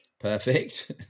Perfect